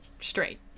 straight